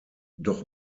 doch